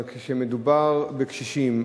אבל כשמדובר בקשישים,